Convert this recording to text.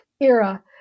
era